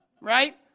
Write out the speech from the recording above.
right